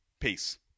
Peace